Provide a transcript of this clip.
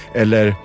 eller